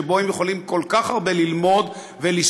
שבו הם יכולים כל כך הרבה ללמוד ולספוג,